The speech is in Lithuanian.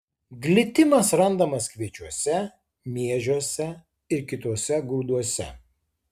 glitimas randamas kviečiuose miežiuose ir kituose grūduose